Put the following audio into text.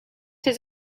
his